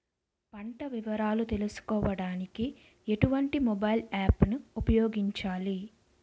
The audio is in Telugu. పంట వివరాలు తెలుసుకోడానికి ఎటువంటి మొబైల్ యాప్ ను ఉపయోగించాలి?